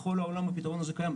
בכל העולם הפיתרון הזה קיים.